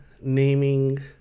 naming